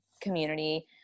community